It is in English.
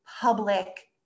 public